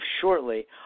shortly